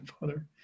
Father